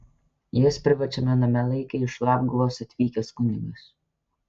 jas privačiame name laikė iš labguvos atvykęs kunigas